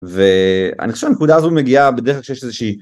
ואני חושב הנקודה הזו מגיעה בדרך כלל כשיש איזושהי...